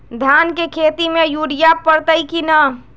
धान के खेती में यूरिया परतइ कि न?